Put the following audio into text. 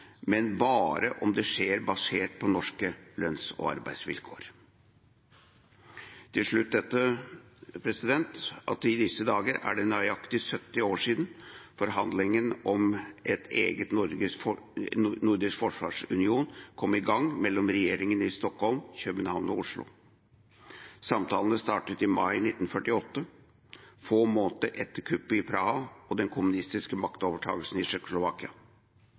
men bare om det skjer basert på norske lønns- og arbeidsvilkår. Til slutt: I disse dager er det nøyaktig 70 år siden forhandlingene om en egen nordisk forsvarsunion kom i gang mellom regjeringene i Stockholm, København og Oslo. Samtalene startet i mai 1948, få måneder etter kuppet i Praha og den kommunistiske maktovertakelsen i